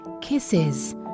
kisses